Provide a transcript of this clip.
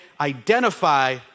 Identify